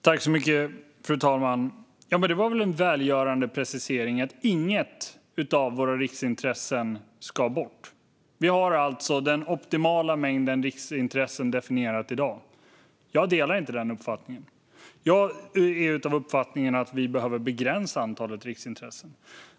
Fru talman! Det var en välgörande precisering, att inget av våra riksintressen ska bort. Vi har alltså den optimala mängden riksintressen definierad i dag. Jag delar inte denna uppfattning. Jag har uppfattningen att vi behöver begränsa antalet riksintressen.